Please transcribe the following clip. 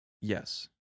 Yes